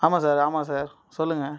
ஆமாம் சார் ஆமாம் சார் சொல்லுங்கள்